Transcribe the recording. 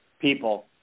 people